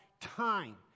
time